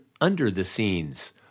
under-the-scenes